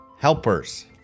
Helpers